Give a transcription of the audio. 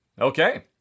Okay